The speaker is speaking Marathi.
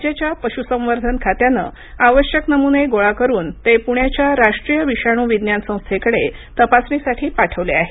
राज्याच्या पशुसंवर्धन खात्यानं आवश्यक नमुने गोळा करून ते पूण्याच्या राष्ट्रीय विषाणू विज्ञान संस्थेकडे तपासणीसाठी पाठवले आहेत